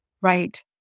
Right